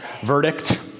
verdict